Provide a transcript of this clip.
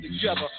together